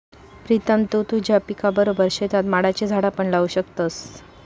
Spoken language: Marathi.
प्रीतम तु तुझ्या पिकाबरोबर शेतात माडाची झाडा पण लावू शकतस